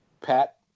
pat